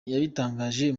yabitangaje